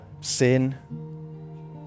sin